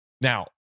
Now